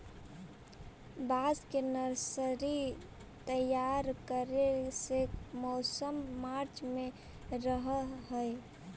बांस के नर्सरी तैयार करे के मौसम मार्च में रहऽ हई